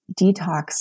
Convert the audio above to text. detox